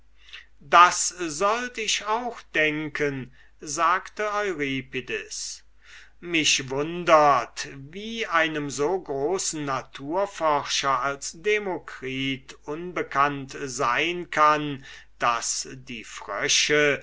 das sollt ich auch denken sagte euripides mich wundert wie einem so großen naturforscher als demokritus unbekannt sein kann daß die frösche